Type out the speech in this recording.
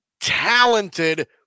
talented